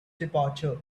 departure